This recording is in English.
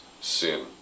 sin